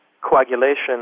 coagulation